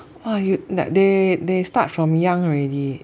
!wah! you then they they start from young already